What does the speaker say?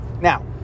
now